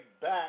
back